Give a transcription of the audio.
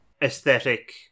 aesthetic